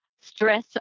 stress